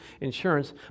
Insurance